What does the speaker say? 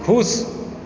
खुश